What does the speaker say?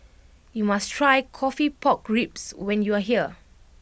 you must try Coffee Pork Ribs when you are here